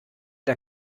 der